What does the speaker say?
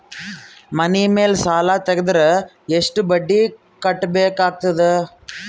ಮನಿ ಮೇಲ್ ಸಾಲ ತೆಗೆದರ ಎಷ್ಟ ಬಡ್ಡಿ ಕಟ್ಟಬೇಕಾಗತದ?